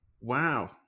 Wow